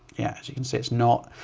yeah as you can see, it's not,